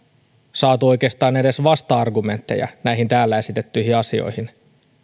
saatu oikeastaan edes vasta argumentteja näihin täällä esitettyihin asioihin